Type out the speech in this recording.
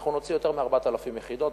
אנחנו נוציא יותר מ-4,000 יחידות.